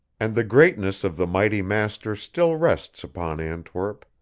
and the greatness of the mighty master still rests upon antwerp,